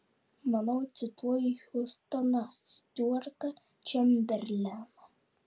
manau cituoji hiustoną stiuartą čemberleną